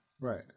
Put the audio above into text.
Right